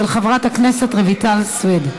של חברת הכנסת רויטל סויד.